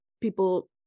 people